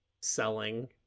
selling